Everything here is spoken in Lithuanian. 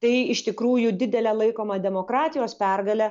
tai iš tikrųjų didele laikoma demokratijos pergale